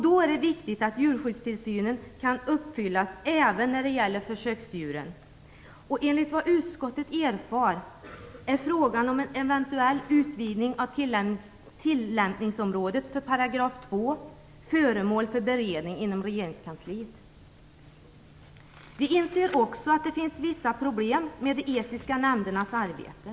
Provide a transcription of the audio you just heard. Det är viktigt att djurskyddstillsynen kan uppfyllas även när det gäller försöksdjuren, och enligt vad utskottet har erfarit är frågan om en eventuell utvidgning av tillämpningsområdet för 2 § föremål för en beredning inom regeringskansliet. Vi inser också att det finns vissa problem med de etiska nämndernas arbete.